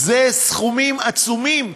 אלה סכומים עצומים.